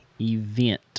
event